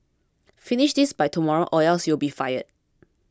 finish this by tomorrow or else you'll be fired